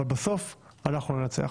אבל בסוף אנחנו ננצח.